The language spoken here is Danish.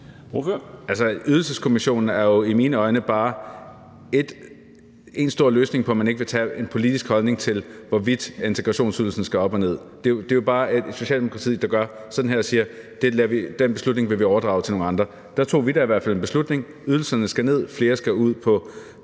Ydelseskommissionen er jo i mine øjne bare én stor løsning på, at man ikke vil have en politisk holdning til, hvorvidt integrationsydelsen skal op eller ned. Det er jo bare Socialdemokratiet, der gør sådan her (Marcus Knuth rækker afværgende hænderne op) og siger, at den beslutning vil vi overdrage til nogle andre. Der tog vi da i hvert fald en beslutning: Ydelserne skal ned, flere skal ud på